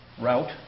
route